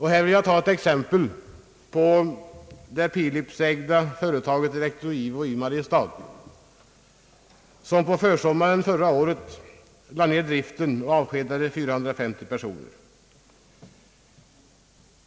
Här kan man ta exemplet med det Philipsägda företaget Elektro-IWO i Mariestad som på försommaren förra året lade ned driften och avskedade 450 personer.